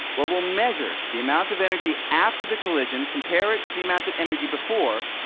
well, we'll measure the amount of energy after the collision, compare it to the amount of energy before,